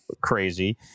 crazy